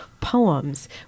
poems